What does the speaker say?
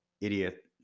idiot